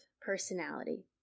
personality